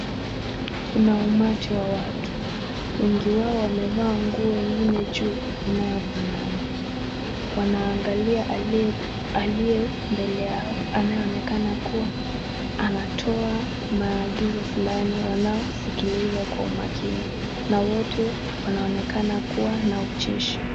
Kuna umati wa watu, wengibwao wamevaa nguo ingine juu, inayofanana, wanaangalia aliye, aliye mbele yao anayeonekana kuwa, anatoa maagizo fulani wanayo sikiliza kwa umakini, na wote, wanaonekana kuwa na ucheshi.